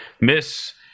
Miss